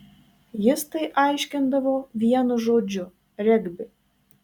jis tai aiškindavo vienu žodžiu regbi